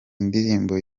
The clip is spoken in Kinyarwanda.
indirimbo